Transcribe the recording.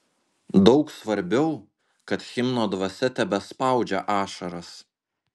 daug svarbiau kad himno dvasia tebespaudžia ašaras